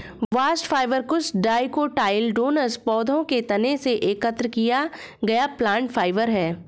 bast fibre कुछ dicotyledonous पौधों के तने से एकत्र किया गया प्लांट फाइबर है